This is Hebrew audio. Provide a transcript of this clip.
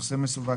נושא מסווג,